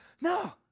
no